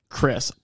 Chris